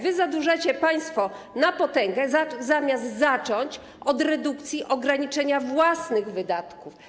Wy zadłużacie państwo na potęgę, zamiast zacząć od redukcji, ograniczenia własnych wydatków.